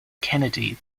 kennedy